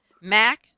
mac